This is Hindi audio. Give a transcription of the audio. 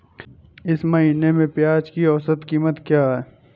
इस महीने में प्याज की औसत कीमत क्या है?